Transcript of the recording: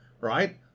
right